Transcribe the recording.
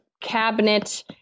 cabinet